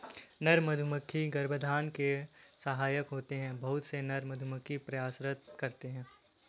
नर मधुमक्खी गर्भाधान में सहायक होते हैं बहुत से नर मधुमक्खी प्रयासरत रहते हैं